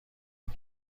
این